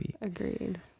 Agreed